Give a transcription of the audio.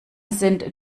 sind